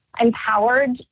empowered